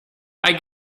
hay